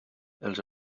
els